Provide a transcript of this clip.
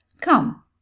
come